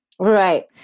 Right